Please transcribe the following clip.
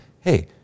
hey